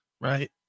Right